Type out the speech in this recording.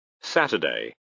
Saturday